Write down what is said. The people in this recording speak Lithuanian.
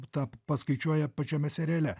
tą paskaičiuoja pačiame seriale